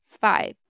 Five